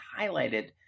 highlighted